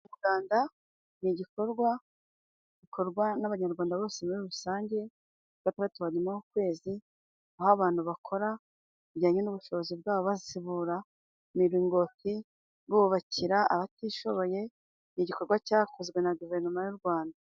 Umuganda ni igikorwa gikorwa n'abanyarwanda bose muri rusange ku wa Gatandatu wa nyuma w'ukwezi, aho abantu bakora bijyanye n'ubushobozi bwabo basibura imiringoti, bubakira abatishoboye ni igikorwa cyakozwe na guverinoma y'u Rwanda.